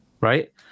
right